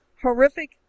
horrific